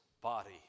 body